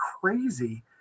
crazy